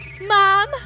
Mom